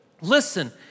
Listen